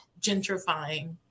gentrifying